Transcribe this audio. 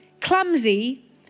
clumsy